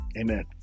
Amen